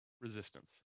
resistance